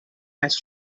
ice